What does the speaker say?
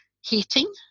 heating